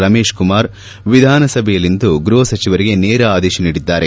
ರಮೇಶ್ ಕುಮಾರ್ ವಿಧಾನಸಭೆಯಲ್ಲಿಂದು ಗೃಹ ಸಚಿವರಿಗೆ ನೇರ ಆದೇಶ ನೀಡಿದ್ದಾರೆ